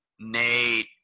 Nate